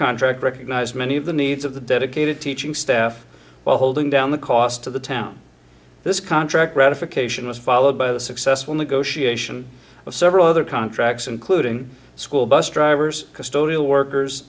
contract recognised many of the needs of the dedicated teaching staff while holding down the cost of the town this contract ratification was followed by the successful negotiation of several other contracts including school bus drivers custodial workers